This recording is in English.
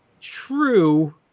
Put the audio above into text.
True